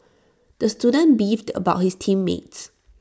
the student beefed about his team mates